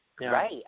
Right